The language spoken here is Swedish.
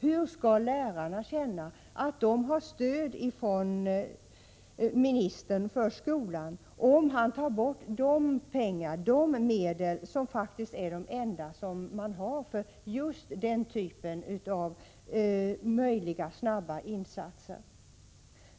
Hur skall lärarna känna att de har stöd från ministern för skolan, om han tar bort de medel som faktiskt är de enda man har för just den typen av möjliga, snabba insatser?